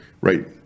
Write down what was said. right